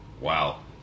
wow